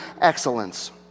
excellence